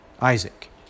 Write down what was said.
Isaac